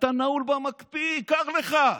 אתה נעול במקפיא, קר לך.